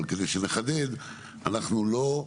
אבל כדי שנחדד, אנחנו לא,